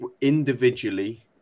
Individually